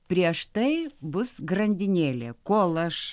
prieš tai bus grandinėlė kol aš